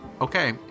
Okay